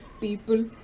people